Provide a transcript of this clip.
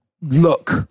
look